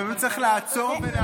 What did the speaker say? לפעמים צריך לעצור ולהצדיע.